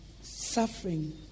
suffering